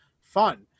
fun